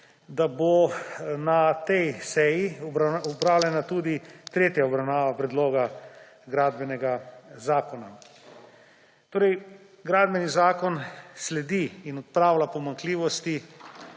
da bo na tej seji opravljena tudi tretja obravnava Predloga gradbenega zakona. Gradbeni zakon sledi in odpravlja pomanjkljivosti